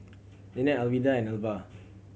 Linette Alwilda and Alva